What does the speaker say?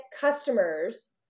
customers